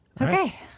Okay